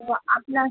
ও আপনার